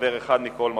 חבר אחד מכל מחוז.